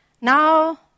Now